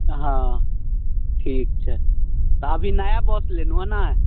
हँ ठीऽक छै तऽ अभी नया बस ललहुँ हँ ने